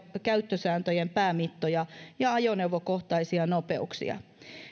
käyttösääntöjen päämittoja ja ajoneuvokohtaisia nopeuksia